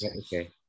okay